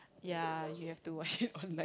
ya you have to watch it online to